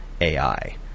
AI